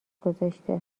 گذاشته